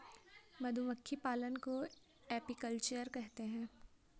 मधुमक्खी पालन को एपीकल्चर कहते है